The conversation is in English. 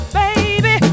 baby